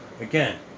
again